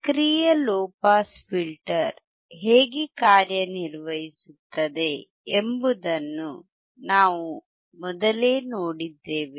ಸಕ್ರಿಯ low pass filter ಹೇಗೆ ಕಾರ್ಯನಿರ್ವಹಿಸುತ್ತದೆ ಎಂಬುದನ್ನು ನಾವು ಮೊದಲೇ ನೋಡಿದ್ದೇವೆ